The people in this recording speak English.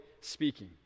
speaking